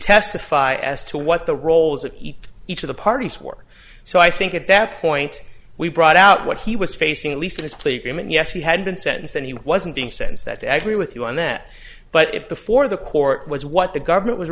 testify as to what the roles of eat each of the parties were so i think at that point we brought out what he was facing at least in his plea agreement yes he had been sentenced and he wasn't being sense that actually with you on that but it before the court was what the government was